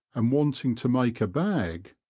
and wanting to make a bag,